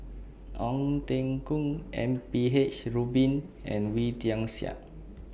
Ong Teng Koon M P H Rubin and Wee Tian Siak